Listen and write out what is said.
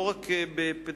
לא רק בפדגוגיה,